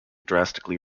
drastically